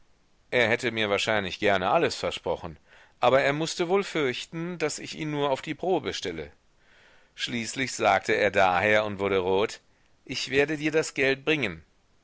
er hätte mir wahrscheinlich gerne alles versprochen aber er mußte wohl fürchten daß ich ihn nur auf die probe stelle schließlich sagte er daher und wurde rot ich werde dir das geld bringen